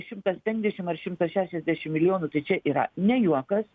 šimtas penkdešim ar šimtas šešiasdešim milijonų tai čia yra ne juokas